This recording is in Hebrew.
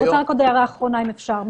אני רוצה עוד הערה האחרונה, אם אפשר.